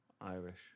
Irish